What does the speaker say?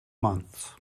months